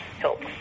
help